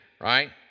right